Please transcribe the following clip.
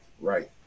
Right